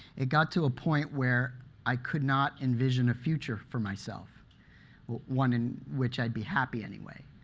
it got to a point where i could not envision a future for myself one in which i'd be happy, anyway.